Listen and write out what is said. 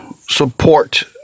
support